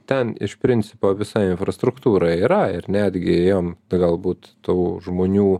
ten iš principo visa infrastruktūra yra ir netgi jom galbūt tų žmonių